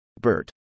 BERT